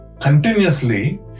Continuously